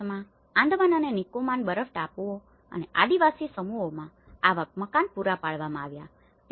હકીકતમાં આંદમાન અને નિકોબાર બરફ ટાપુઓ અને આદિવાસી સમુદાયોમાં આવા મકાનો પૂરા પાડવામાં આવ્યા છે